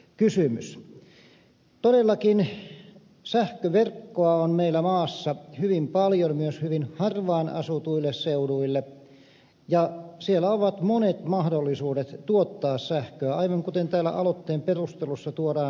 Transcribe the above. todellakin sähköverkkoa on meillä maassa hyvin paljon myös hyvin harvaanasutuille seuduille ja siellä ovat monet mahdollisuudet tuottaa sähköä aivan kuten täällä aloitteen perusteluissa tuodaan esille